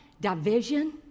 division